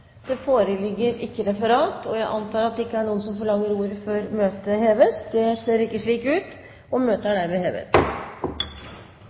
det noen som forlanger ordet før møtet heves? – Møtet er